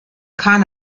kahn